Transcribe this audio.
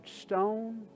stone